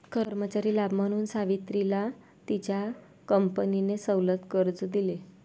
कर्मचारी लाभ म्हणून सावित्रीला तिच्या कंपनीने सवलत कर्ज दिले